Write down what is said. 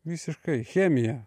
visiškai chemija